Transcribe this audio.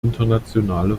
internationale